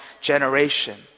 generation